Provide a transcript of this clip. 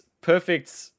perfect